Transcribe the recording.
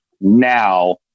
now